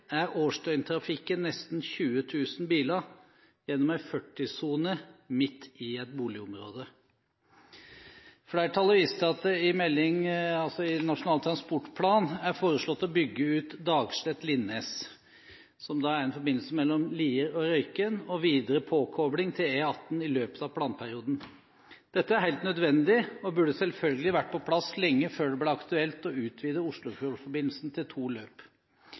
er årsdøgntrafikken nesten 20 000 biler gjennom en 40-sone midt i et boligområde. Flertallet viser til at det i Nasjonal transportplan er foreslått å bygge ut Dagslett–Linnes, som er en forbindelse mellom Lier og Røyken, og videre påkobling til E18 i løpet av planperioden. Dette er helt nødvendig, og burde selvfølgelig vært på plass lenge før det ble aktuelt å utvide Oslofjordforbindelsen til to løp.